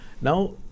Now